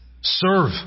serve